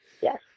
Yes